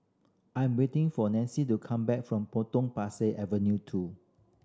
I'm waiting for Nancy to come back from Potong Avenue two